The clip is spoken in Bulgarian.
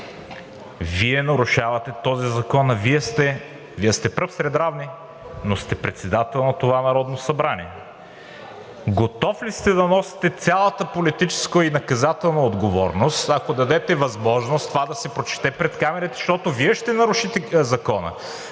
Вие нарушавате този закон. А Вие сте пръв сред равни, но сте председател на това Народно събрание. Готов ли сте да носите цялата политическа и наказателна отговорност, ако дадете възможност това да се прочете пред камерите, защото Вие ще нарушите закона,